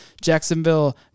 Jacksonville